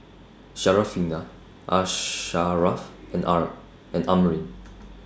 Syarafina Asharaff and and Amrin